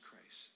Christ